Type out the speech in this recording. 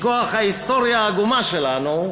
מכוח ההיסטוריה העגומה שלנו,